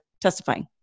testifying